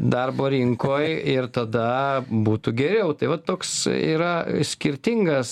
darbo rinkoj ir tada būtų geriau tai va toks yra skirtingas